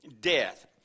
death